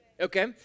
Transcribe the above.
okay